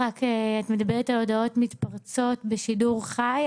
מדברת על הודעות מתפרצות בשידור חי,